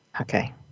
Okay